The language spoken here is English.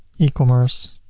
ecommerce,